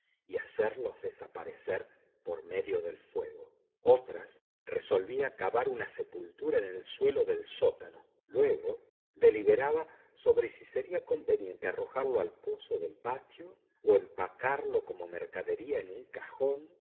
y hacerlos desaparecer por medio del fuego otras resolvía cavar una sepultura en el suelo del sótano luego deliberaba sobre si sería conveniente arrojarlo al pozo del patio o empacarlo como mercadería en un cajón